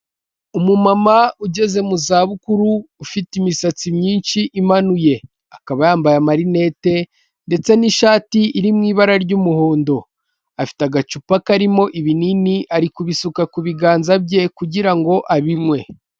Umumama ugeze mu za bukuru, ufite imisatsi myinshi imanuye, akaba yambaye amarinete ndetse n'ishati iri mu ibara ry'umuhondo, afite agacupa karimo ibinini arikubisuka ku biganza bye kugira ngo abinywe,